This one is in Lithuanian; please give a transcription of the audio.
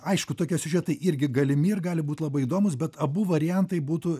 aišku tokie siužetai irgi galimi ir gali būt labai įdomūs bet abu variantai būtų